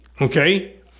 Okay